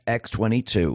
x22